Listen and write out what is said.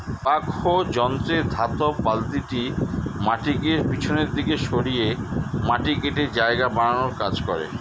backhoe যন্ত্রে ধাতব বালতিটি মাটিকে পিছনের দিকে সরিয়ে মাটি কেটে জায়গা বানানোর কাজ করে